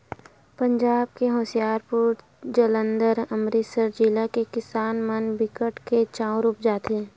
पंजाब के होसियारपुर, जालंधर, अमरितसर जिला के किसान मन बिकट के चाँउर उपजाथें